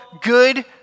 good